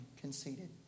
conceited